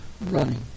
running